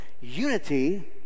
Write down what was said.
Unity